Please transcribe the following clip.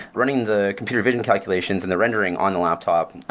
running the computer vision calculations and the rendering on a laptop,